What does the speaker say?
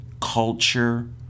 culture